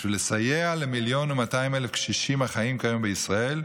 בשביל לסייע למיליון ו-200,000 קשישים החיים היום בישראל,